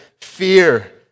fear